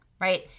Right